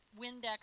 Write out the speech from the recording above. Windex